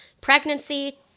pregnancy